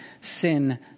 Sin